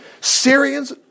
Syrians